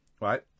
right